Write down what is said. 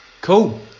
Cool